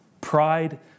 Pride